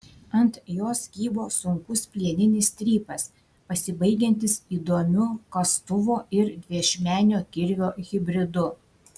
ant jos kybo sunkus plieninis strypas pasibaigiantis įdomiu kastuvo ir dviašmenio kirvio hibridu